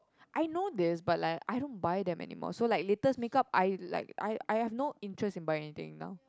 I know this but like I don't buy them anymore so like latest makeup I like I I have no interest in buying anything now